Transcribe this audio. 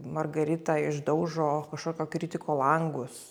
margarita išdaužo kažkokio kritiko langus